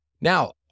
Now